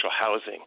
housing